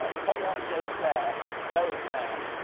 ah tom last shaved his hair, so is dan,